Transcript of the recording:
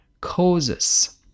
causes